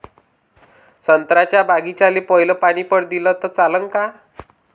संत्र्याच्या बागीचाले पयलं पानी पट दिलं त चालन का?